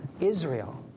Israel